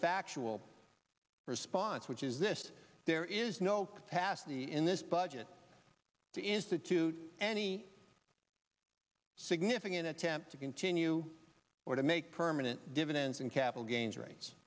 factual response which is this there is no capacity in this budget to institute any significant attempt to continue or to make permanent dividends and capital gains r